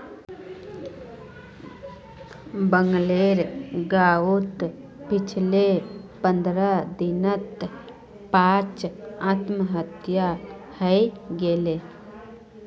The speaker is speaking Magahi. बगलेर गांउत पिछले पंद्रह दिनत पांच आत्महत्या हइ गेले